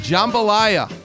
Jambalaya